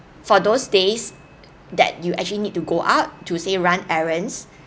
for those days that you actually need to go out to say run errands